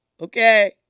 Okay